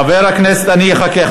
חבר הכנסת, חכה.